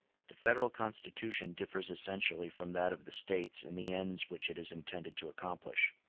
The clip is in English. the federal constitution differs essentially from that of the states in the ends which it is intended to accomplish,